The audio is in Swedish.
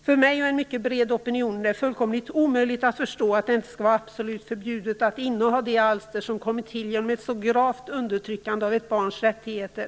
För mig och en mycket bred opinion är det fullkomligt omöjligt att förstå att det inte skall vara absolut förbjudet att inneha de alster som kommit till genom ett så gravt undertryckande av ett barns rättigheter.